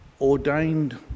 ordained